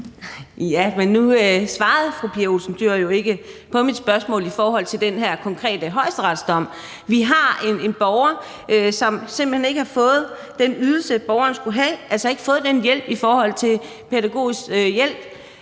(DF): Nu svarede fru Pia Olsen Dyhr jo ikke på mit spørgsmål i forhold til den her konkrete højesteretsdom. Vi har en borger, som simpelt hen ikke har fået den ydelse, borgeren skulle have, altså ikke har fået den pædagogiske hjælp